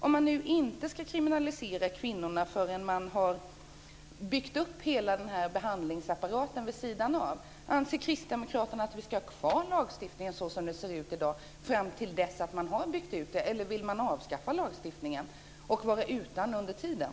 Om man nu inte ska kriminalisera kvinnorna förrän man har byggt upp hela behandlingsapparaten vid sidan av, anser Kristdemokraterna då att vi ska ha lagstiftningen som den ser ut i dag fram till dess att man har byggt ut den eller vill man avskaffa lagstiftningen och vara utan under tiden?